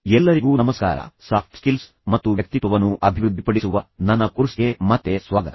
ಎಲ್ಲರಿಗೂ ನಮಸ್ಕಾರ soft skills ಮತ್ತು ವ್ಯಕ್ತಿತ್ವವನ್ನು ಅಭಿವೃದ್ಧಿಪಡಿಸುವ ನನ್ನ ಕೋರ್ಸ್ಗೆ ಮತ್ತೆ ಸ್ವಾಗತ